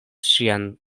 ŝian